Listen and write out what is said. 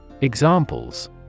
Examples